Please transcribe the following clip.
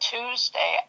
Tuesday